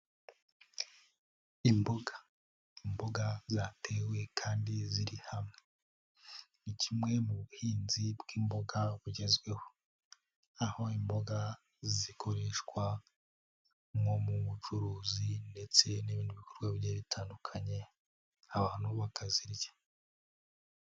Imboga, imboga zatewe kandi ziri hamwe, ni kimwe mu buhinzi bw'imboga bugezweho, aho imboga zikoreshwa nko mu bucuruzi ndetse n'ibindi bikorwa bigiye bitandukanye, abantu na bo bakazirya.